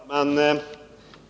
Herr talman!